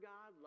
God